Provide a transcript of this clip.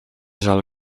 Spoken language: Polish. żal